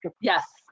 Yes